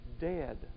dead